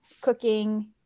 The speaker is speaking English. cooking